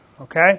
okay